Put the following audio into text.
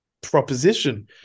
proposition